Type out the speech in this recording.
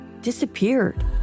disappeared